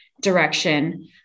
direction